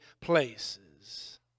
places